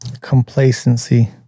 Complacency